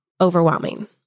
overwhelming